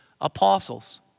apostles